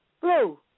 Blue